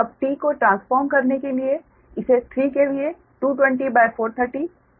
अब T को transform करने के लिए इसे 3KVA 230430 दिया जाता है